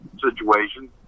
situation